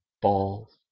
ball